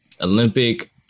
Olympic